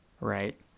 right